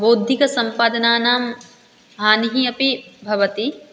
बौद्धिकसम्पादनानां हानिः अपि भवति